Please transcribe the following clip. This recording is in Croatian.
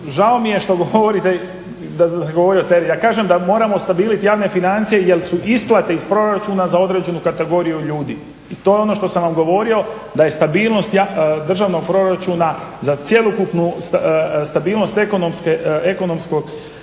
razumije./… Ja kažem da moramo ustabilit javne financije jer su isplate iz proračuna za određenu kategoriju ljudi. I to je ono što sam vam govorio da je stabilnost državnog proračuna za cjelokupnu stabilnost ekonomskog